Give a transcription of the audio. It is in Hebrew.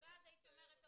ואז הייתי אומרת,